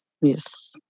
Yes